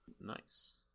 Nice